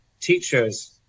teachers